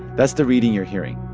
that's the reading you're hearing.